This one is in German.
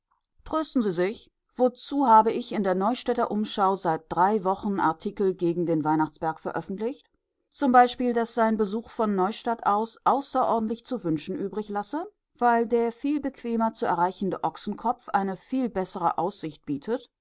trösten sie sich wozu habe ich in der neustädter umschau seit drei wochen artikel gegen den weihnachtsberg veröffentlicht zum beispiel daß sein besuch von neustadt aus außerordentlich zu wünschen übrig lasse weil der viel bequemer zu erreichende ochsenkopf eine viel bessere aussicht bietet